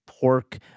pork